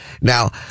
Now